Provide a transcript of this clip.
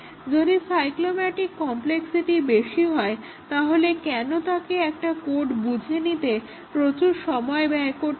যদি cyclomatic complexity বেশি হয় তাহলে কেন তাকে একটা কোড বুঝে নিতে প্রচুর সময় ব্যয় করতে হয়